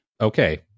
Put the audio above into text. okay